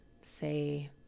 say